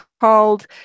called